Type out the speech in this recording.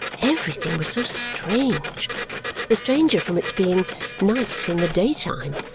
everything was so strange the stranger from its being night in the day-time,